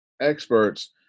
experts